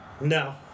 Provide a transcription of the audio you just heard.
No